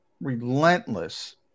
relentless